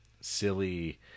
silly